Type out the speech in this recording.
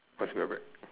what's grab bag